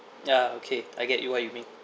ya okay I get you what you mean